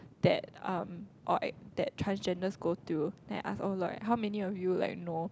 that um or that transgenders go through then I ask oh like how many of you like know